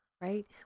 right